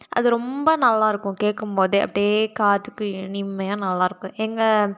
அது ரொம்ப நல்லாருக்கும் கேட்கும் போதே அப்படியே காதுக்கு இனிமையாக நல்லாருக்கும் எங்கள்